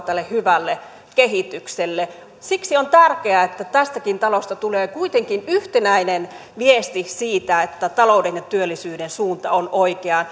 tälle hyvälle kehitykselle siksi on tärkeää että tästäkin talosta tulee kuitenkin yhtenäinen viesti siitä että talouden ja työllisyyden suunta on oikea